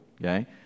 okay